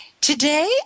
Today